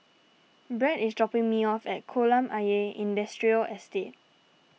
Brad is dropping me off at Kolam Ayer Industrial Estate